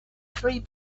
three